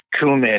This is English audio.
cumin